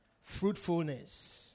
Fruitfulness